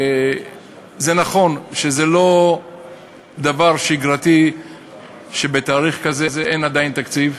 נכון שזה לא דבר שגרתי שבתאריך כזה עדיין אין תקציב,